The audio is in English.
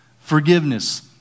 forgiveness